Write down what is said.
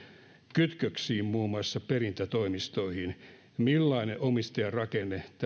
kytköksiin muun muassa perintätoimistoihin millainen omistajarakenne